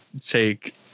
take –